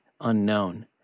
Unknown